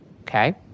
okay